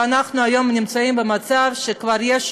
ואנחנו היום נמצאים במצב שכבר יש,